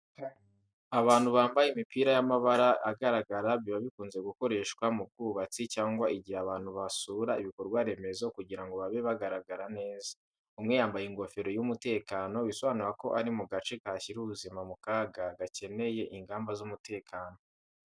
Abantu bambaye imipira y’amabara agaragara biba bikunze gukoreshwa mu bwubatsi cyangwa igihe abantu basura ibikorwa remezo kugira ngo babe bagaragara neza. Umwe yambaye ingofero y’umutekano bisobanura ko ari mu gace gashyira ubuzima mu kaga gakeneye ingamba z’umutekano.